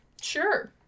Sure